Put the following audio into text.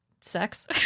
sex